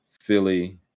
Philly